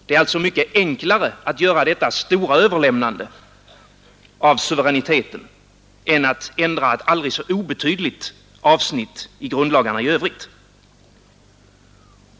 Det är alltså mycket enklare att göra detta stora överlämnande av suveräniteten än att ändra ett aldrig så obetydligt avsnitt i grundlagarna i övrigt.